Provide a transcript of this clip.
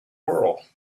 world